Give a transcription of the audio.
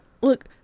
Look